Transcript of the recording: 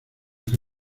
que